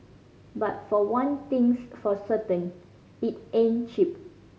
but for one thing's for certain it ain't cheap